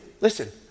Listen